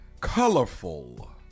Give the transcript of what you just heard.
Colorful